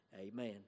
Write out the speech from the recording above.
Amen